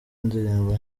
indirimbo